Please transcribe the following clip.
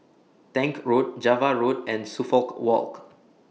Tank Road Java Road and Suffolk Walk